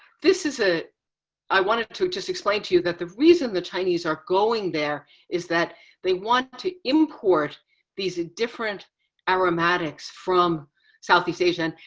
this is, ah i wanted to just explain to you that the reason the chinese are going there is that they want to import these different aromatics from southeast asian.